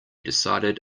decided